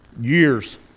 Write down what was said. Years